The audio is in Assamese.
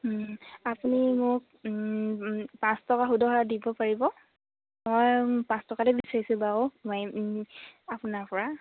আপুনি মোক পাঁচ টকা সুদত দিব পাৰিব মই পাঁচ টকাতে বিচাৰিছোঁ বাৰু মই আপোনাৰ পৰা